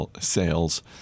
sales